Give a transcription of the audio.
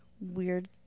weird